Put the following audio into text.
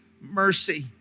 mercy